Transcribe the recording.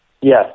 Yes